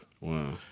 Wow